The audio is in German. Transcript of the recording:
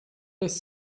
lässt